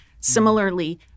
Similarly